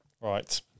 Right